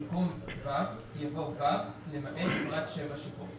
במקום "ו" יבוא "' למעט פרט 17 שבו".